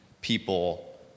people